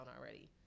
already